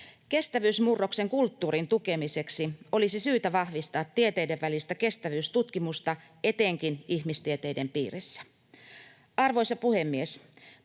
Kestävyysmurroksen kulttuurin tukemiseksi olisi syytä vahvistaa tieteiden välistä kestävyystutkimusta etenkin ihmistieteiden piirissä. Arvoisa puhemies!